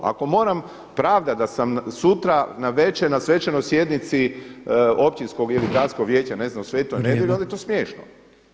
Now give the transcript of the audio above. Ako moram pravdati da sam sutra navečer na svečanoj sjednici općinskog ili gradskog vijeća ne znam u Sveta Nedelji onda je to smiješno.